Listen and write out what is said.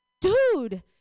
dude